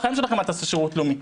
בחיים שלכם אל תעשו שירות לאומי.